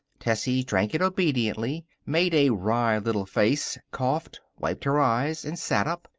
tessie drank it obediently, made a wry little face, coughed, wiped her eyes, and sat up.